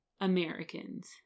Americans